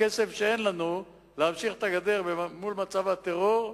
בכסף שאין לנו, להמשיך את הגדר מול מצב הטרור,